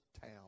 town